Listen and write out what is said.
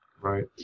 Right